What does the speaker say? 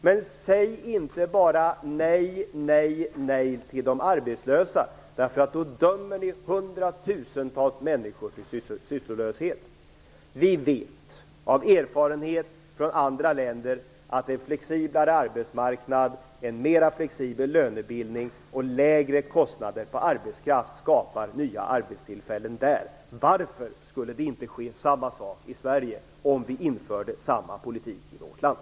Men säg inte bara nej, nej och åter nej till de arbetslösa. Då dömer ni hundratusentals människor till sysslolöshet. Vi vet av erfarenhet från andra länder att en flexiblare arbetsmarknad, en mera flexibel lönebildning och lägre kostnader för arbetskraft skapar nya arbetstillfällen. Varför skulle inte samma sak ske i Sverige om vi införde samma politik i vårt land?